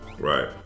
Right